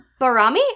Barami